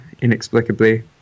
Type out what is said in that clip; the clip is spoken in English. inexplicably